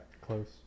close